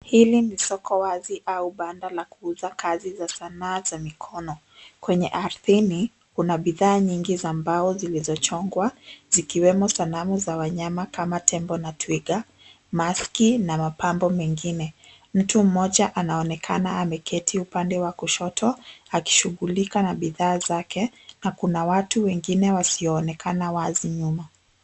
Hili ni soko wazi au banda la kuuza kazi za sanaa za mikono. Kwenye arthini kuna bidhaa nyingi za mbao zilizochongwa, zikiwemo sanamu za wanyama kama tembo na twiga maski na mapambo mengine. Mtu mmoja anaonekana ameketi upande wa kushoto akishughulika na bidhaa zake na kuna watu wengine wasioonekana wazi nyuma.